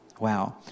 Wow